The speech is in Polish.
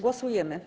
Głosujemy.